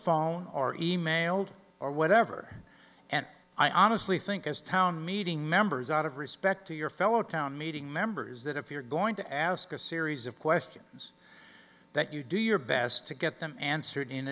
phone or emailed or whatever and i honestly think as town meeting members out of respect to your fellow town meeting members that if you're going to ask a series of questions that you do your best to get them answered in